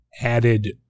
added